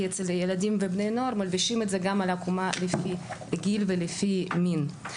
כי אצל ילדים ובני נוער מלבישים את זה גם על עקומה לפי גיל ולפי מין.